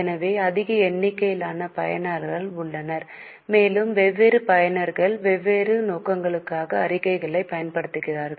எனவே அதிக எண்ணிக்கையிலான பயனர்கள் உள்ளனர் மேலும் வெவ்வேறு பயனர்கள் வெவ்வேறு நோக்கங்களுக்காக அறிக்கைகளைப் பயன்படுத்துகின்றனர்